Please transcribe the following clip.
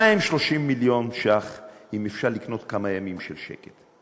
מה הם 30 מיליון שקלים אם אפשר לקנות כמה ימים של שקט?